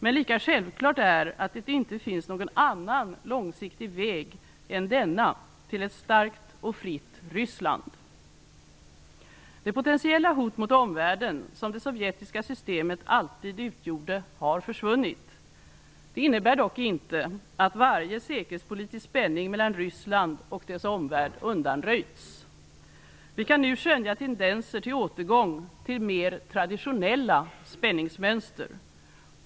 Men lika självklart är att det inte finns någon annan långsiktig väg än denna till ett starkt och fritt Det potentiella hot mot omvärlden som det sovjetiska systemet alltid utgjorde har försvunnit. Det innebär dock inte att varje säkerhetspolitisk spänning mellan Ryssland och dess omvärld undanröjts. Vi kan nu skönja tendenser till återgång till mer traditionella spänningsmönster.